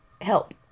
help